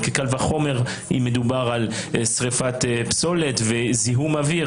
קל וחומר אם מדובר בשריפת פסולת ויש זיהום אוויר,